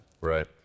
Right